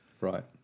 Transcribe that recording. right